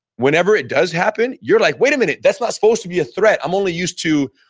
whenever it does happen, you're like, wait a minute, that's not supposed to be a threat. i'm only used to,